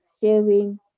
sharing